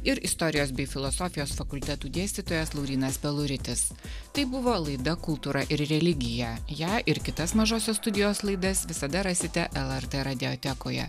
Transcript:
ir istorijos bei filosofijos fakultetų dėstytojas laurynas peluritis tai buvo laida kultūra ir religija ją ir kitas mažosios studijos laidas visada rasite lrt radiotekoje